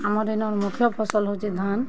ଆମର୍ ଇନ୍ ମୁଖ୍ୟ ଫସଲ୍ ହଉଛେ ଧାନ୍